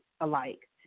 alike